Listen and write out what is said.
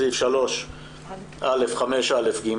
סעיף 3א(5)(ג)